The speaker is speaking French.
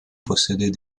possédait